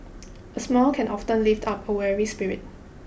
a smile can often lift up a weary spirit